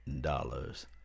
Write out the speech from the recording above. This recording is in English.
dollars